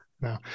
No